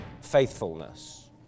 faithfulness